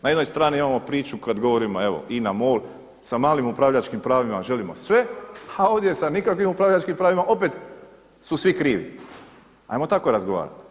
Na jednoj strani imamo priču kad govorimo evo INA MOL sa malim upravljačkim pravima želimo sve a ovdje sa nikakvim upravljačkim pravima opet su svi krivi, ajmo tako razgovarati.